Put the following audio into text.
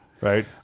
Right